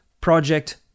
Project